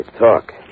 talk